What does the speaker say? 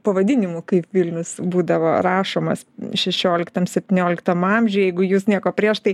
pavadinimų kaip vilnius būdavo rašomas šešioliktam septynioliktam amžiuj jeigu jūs nieko prieš tai